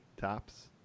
tops